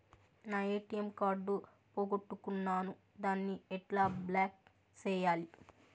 నా ATM card పోగొట్టుకున్నాను, దాన్ని ఎట్లా బ్లాక్ సేయాలి?